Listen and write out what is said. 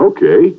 Okay